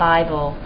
Bible